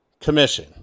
commission